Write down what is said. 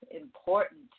important